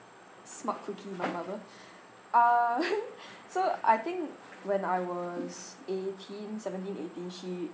smart cookie my mother uh so I think when I was eighteen seventeen eighteen she